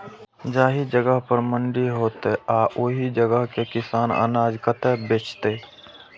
जाहि जगह पर मंडी हैते आ ओहि जगह के किसान अनाज कतय बेचते?